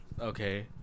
okay